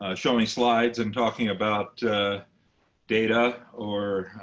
ah showing slides and talking about data or